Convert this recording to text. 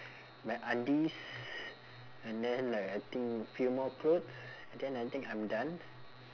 my undies and then like I think a few more clothes then I think I'm done